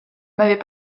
m’avait